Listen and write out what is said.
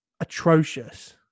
atrocious